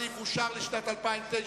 סעיף 59, לשנת 2009,